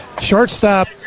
shortstop